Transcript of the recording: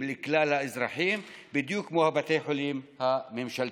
לכלל האזרחים בדיוק כמו בתי חולים הממשלתיים.